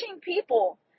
people